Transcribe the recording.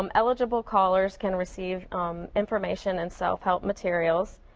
um eligible callers can receive information and self-help materials.